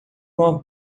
uma